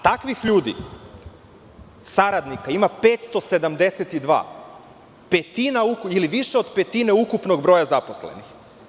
Takvih ljudi, saradnika, ima 572, više od petine ukupnog broja zaposlenih.